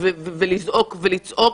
ולזעוק ולצעוק.